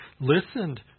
listened